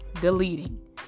deleting